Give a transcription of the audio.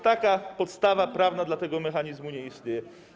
Taka podstawa prawna dla tego mechanizmu nie istnieje.